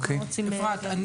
אפרת,